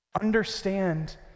Understand